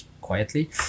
quietly